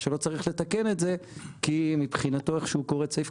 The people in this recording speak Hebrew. שלא צריך לתקן את זה כי מבחינתו איך שהוא קורא את סעיף